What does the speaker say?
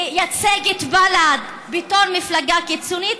לייצג את בל"ד בתור מפלגה קיצונית,